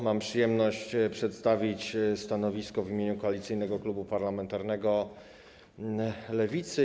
Mam przyjemność przedstawić stanowisko w imieniu Koalicyjnego Klubu Parlamentarnego Lewicy.